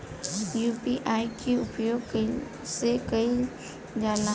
UPI के उपयोग कइसे कइल जाला?